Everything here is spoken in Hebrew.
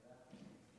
מכובדיי השרים,